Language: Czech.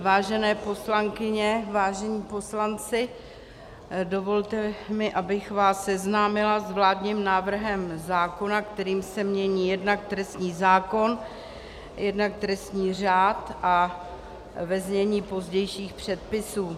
Vážené poslankyně, vážení poslanci, dovolte mi, abych vás seznámila s vládním návrhem zákona, kterým se mění jednak trestní zákon, jednak trestní řád, a ve znění pozdějších předpisů.